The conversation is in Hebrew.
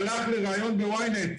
הלך לראיון ב-YNET,